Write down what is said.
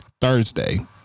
Thursday